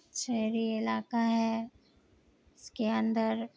شہری علاقہ ہے اس کے اندر